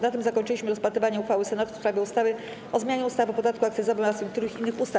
Na tym zakończyliśmy rozpatrywanie uchwały Senatu w sprawie ustawy o zmianie ustawy o podatku akcyzowym oraz niektórych innych ustaw.